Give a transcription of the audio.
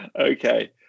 okay